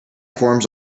forms